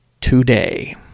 today